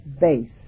base